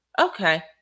Okay